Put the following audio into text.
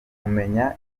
kumenya